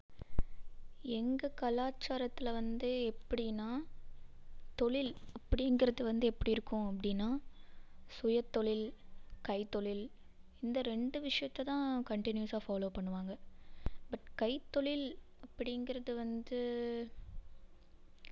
எங்கள் கலாச்சாரத்தில் வந்து எப்படினா தொழில் அப்படிங்கிறது வந்து எப்படி இருக்கும் அப்படினா சுயத்தொழில் கைத்தொழில் இந்த ரெண்டு விஷயத்தை தான் கண்டினியூஸாக ஃபலோ பண்ணுவாங்க பட் கைத்தொழில் அப்படிங்கிறது வந்து